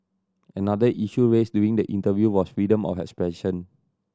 another issue raised during the interview was freedom of expression